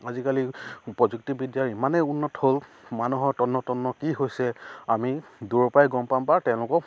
আজিকালি প্ৰযুক্তিবিদ্যাৰ ইমানেই উন্নত হ'ল মানুহৰ তন্ন তন্ন কি হৈছে আমি দূৰৰপৰাই গম পাম বা তেওঁলোকক